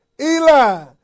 Eli